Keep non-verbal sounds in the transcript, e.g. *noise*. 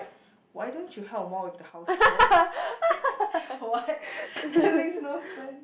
why don't you help more with the house chores *laughs* what that makes no sense